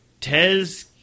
Tez